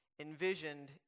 envisioned